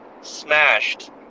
smashed